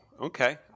okay